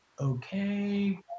Okay